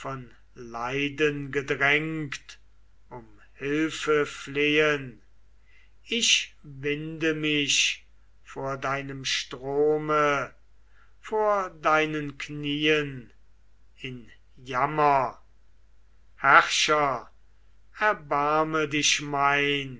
leiden gedrängt um hilfe flehen ich winde mich vor deinem strome vor deinen knieen in jammer herrscher erbarme dich mein